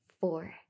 four